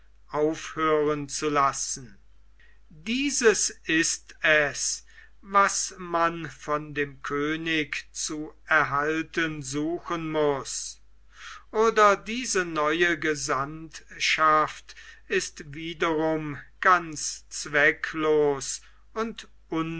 aufhören zu lassen dieses ist es was man von dem könig zu erhalten suchen muß oder diese neue gesandtschaft ist wiederum ganz zwecklos und